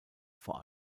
vor